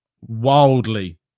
wildly